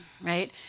right